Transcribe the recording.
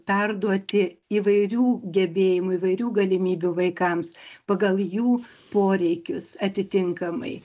perduoti įvairių gebėjimų įvairių galimybių vaikams pagal jų poreikius atitinkamai